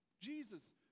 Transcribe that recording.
Jesus